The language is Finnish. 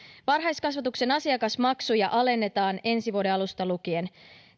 varhaiskasvatuksen asiakasmaksuja alennetaan ensi vuoden alusta lukien